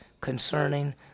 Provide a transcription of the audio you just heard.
concerning